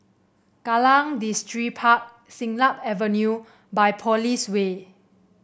Kallang Distripark Siglap Avenue Biopolis Way